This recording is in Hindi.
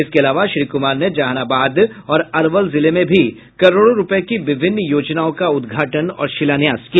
इसके अलावा श्री कुमार ने जहानाबाद और अरवल जिले में भी करोड़ों रूपये की विभिन्न योजनाओं का उद्घाटन और शिलान्यास किया